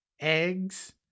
eggs